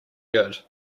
good